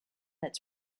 its